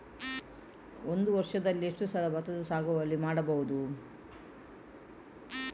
ಒಂದು ವರ್ಷದಲ್ಲಿ ಎಷ್ಟು ಸಲ ಭತ್ತದ ಸಾಗುವಳಿ ಮಾಡಬಹುದು?